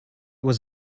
was